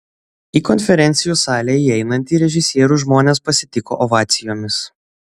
į konferencijų salę įeinantį režisierių žmonės pasitiko ovacijomis